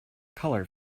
colour